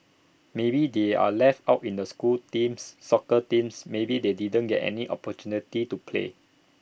maybe they are left out in the school teams soccer teams maybe they didn't get any opportunity to play